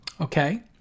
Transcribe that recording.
Okay